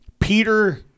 Peter